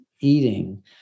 eating